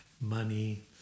money